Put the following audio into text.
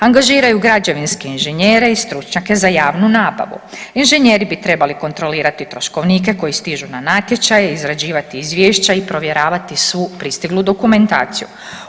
Angažiraju građevinske inženjere i stručnjake za javnu nabavu, inženjeri bi trebali kontrolirati troškovnike koji stižu na natječaj, izrađivati izvješća i provjeravati svu pristiglu dokumentaciju.